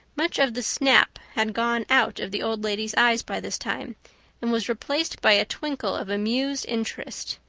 much of the snap had gone out of the old lady's eyes by this time and was replaced by a twinkle of amused interest.